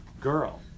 girl